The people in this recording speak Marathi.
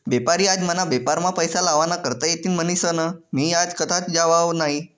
बेपारी आज मना बेपारमा पैसा लावा ना करता येतीन म्हनीसन मी आज कथाच जावाव नही